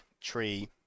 tree